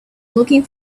looking